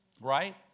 Right